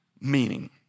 meaning